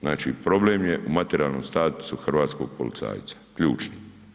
Znači problem je u materijalnom statusu hrvatskog policajca, ključna.